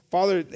Father